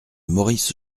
maurice